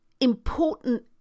important